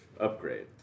upgrade